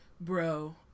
bro